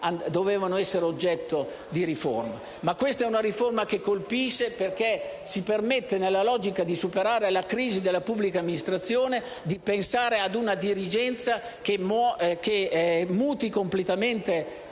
dovevano essere oggetto di riforma. Questa è però una riforma che colpisce, perché, nella logica di superare la crisi della pubblica amministrazione, si permette di pensare ad una dirigenza che muti completamente le sue